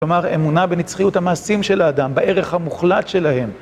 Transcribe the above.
כלומר, אמונה בנצחיות המעשים של האדם, בערך המוחלט שלהם.